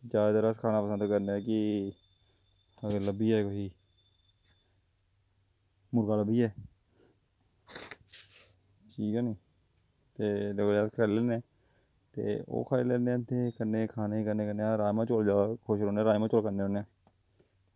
ते जादातर अस खाना पसंद करने आं कि लब्भी जा कोई मुर्गा लब्भी जाए ठीक ऐ निं ते बड़े बारी खाई लैन्ने होन्ने ते ओह् खाई लैन्ने आं ते कन्नै खाने कन्नै कन्नै अस राज़मांह् चौल राजमांह् जादा खुश रौहन्ने राजमांह् चौल खन्ने होन्ने